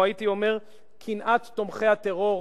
או הייתי אומר קנאת תומכי הטרור.